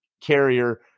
carrier